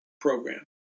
program